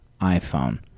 iPhone